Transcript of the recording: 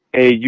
AU